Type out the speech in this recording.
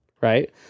Right